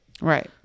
Right